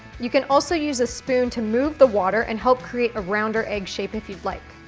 you can also use a spoon to move the water and help create a rounder egg shape if you'd like.